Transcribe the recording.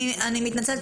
אני מתנצלת,